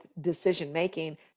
decision-making